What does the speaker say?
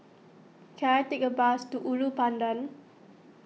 can I take a bus to Ulu Pandan